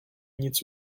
nic